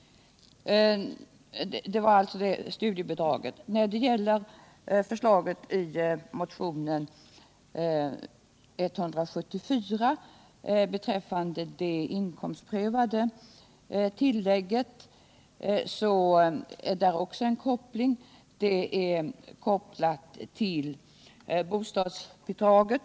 Det är också en koppling mellan förslaget i motion 174 beträffande det inkomstprövade tillägget och det statliga bostadsbidraget.